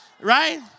right